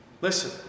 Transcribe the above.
Listen